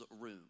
room